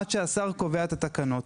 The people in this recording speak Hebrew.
עד שהשר קובע את התקנות.